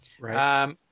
Right